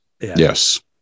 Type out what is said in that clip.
Yes